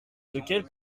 lequel